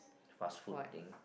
fast food thing